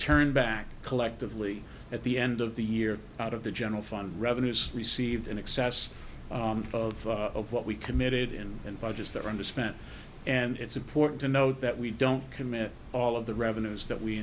turned back collectively at the end of the year out of the general fund revenues received in excess of what we committed in and budgets that are under spent and it's important to know that we don't commit all of the revenues that we